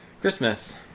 Christmas